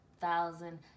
thousand